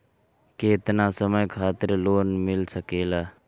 केतना समय खातिर लोन मिल सकेला?